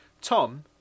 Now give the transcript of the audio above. Tom